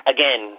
Again